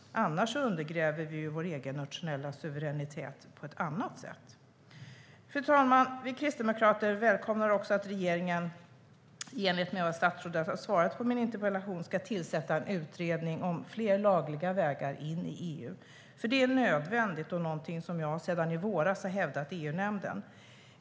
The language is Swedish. Annars undergräver vi vår egen nationella suveränitet på ett annat sätt. Fru talman! Vi kristdemokrater välkomnar att regeringen, i enlighet med statsrådets svar på min interpellation, ska tillsätta en utredning om fler lagliga vägar in i EU. Det är nödvändigt och något som jag sedan i våras har hävdat i EU-nämnden.